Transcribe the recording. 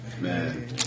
Man